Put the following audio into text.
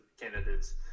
candidates